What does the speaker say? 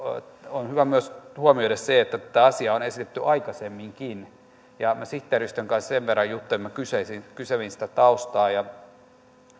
on hyvä myös huomioida se että tätä asiaa on esitetty aikaisemminkin minä sihteeristön kanssa sen verran juttelin minä kyselin kyselin sitä taustaa